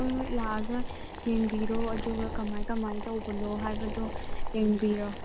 ꯍꯣꯏ ꯍꯣꯏ ꯂꯥꯛꯑꯒ ꯌꯦꯡꯕꯤꯔꯣ ꯑꯗꯨꯒ ꯀꯃꯥꯏ ꯀꯃꯥꯏ ꯇꯧꯕꯅꯣ ꯍꯥꯏꯕꯗꯣ ꯌꯦꯡꯕꯤꯔꯣ